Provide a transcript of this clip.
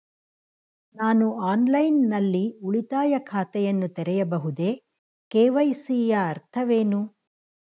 ನಾನು ಆನ್ಲೈನ್ ನಲ್ಲಿ ಉಳಿತಾಯ ಖಾತೆಯನ್ನು ತೆರೆಯಬಹುದೇ? ಕೆ.ವೈ.ಸಿ ಯ ಅರ್ಥವೇನು?